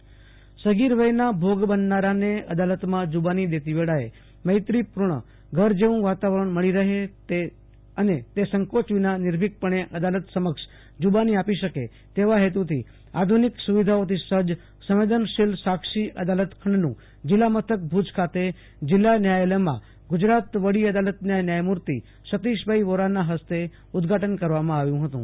આસુતોષ અંતાણી સગીર વયના ભોગ બનનારાને અદાલતમાં જુબાની દેતી વેળાએ મૈત્રીપૂર્ણ ઘર જેવું વાતાવરણ મળી રફે અને તે સંક્રોચ વિના નિર્ભિકપણે અદાલત સમક્ષ જુબાની આપી શકે તેવા ફેતુથી આધુનિક સુવિધાઓ થી સજજ સંવેદનશીલસાક્ષી અદાલત ખંડનું જીલ્લામથક ભુજ ખાતે જીલ્લા ન્યાયલયમાં ગુજરાત વડી અદાલતના ન્યાયમૂર્તિ સેતીશભાઈ વોરા ફસ્તે ઉદ્દગાટન કરવામાં આવ્યું ફતું